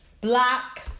Black